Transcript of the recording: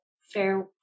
fair